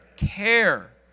Care